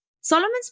Solomon's